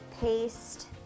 paste